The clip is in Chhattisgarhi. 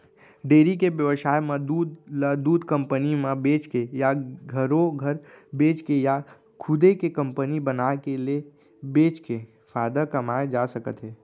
डेयरी के बेवसाय म दूद ल दूद कंपनी म बेचके या घरो घर बेचके या खुदे के कंपनी बनाके ले बेचके फायदा कमाए जा सकत हे